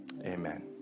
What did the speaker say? Amen